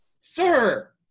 sir